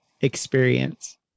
experience